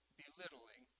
belittling